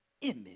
image